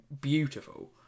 beautiful